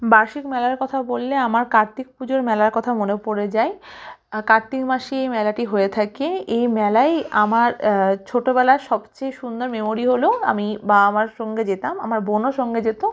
বার্ষিক মেলার কথা বললে আমার কার্তিক পুজোর মেলার কথা মনে পড়ে যায় কার্তিক মাসে এই মেলাটি হয়ে থাকে এই মেলাই আমার ছোটোবেলার সবচেয়ে সুন্দর মেমরি হলো আমি বাবা মার সঙ্গে যেতাম আমার বোনও সঙ্গে যেত